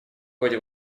ходе